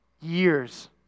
years